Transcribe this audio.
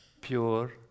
pure